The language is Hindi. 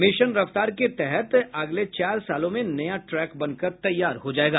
मिशन रफ्तार के तहत अगले चार सालों में नया ट्रैक बनकर तैयार हो जाएगा